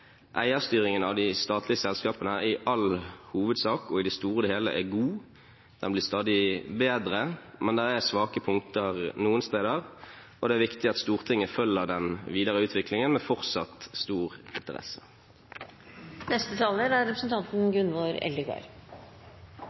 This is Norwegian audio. eierstyringen av de statlige selskapene i all hovedsak og i det store og hele er god og blir stadig bedre, men det er svake punkter noen steder, og det er viktig at Stortinget følger den videre utviklingen med fortsatt stor interesse. Dette er